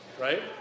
right